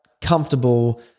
comfortable